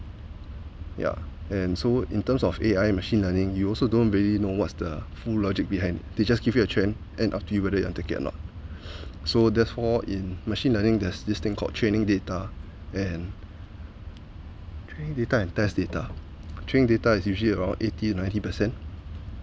yeah and so in terms of A_I machine learning you also don't really know what's the full logic behind it they just give you a trend and up to you whether you want to take it or not so therefore in machine learning there's this thing called training data and training data and test data training data is usually around eighty ninety percent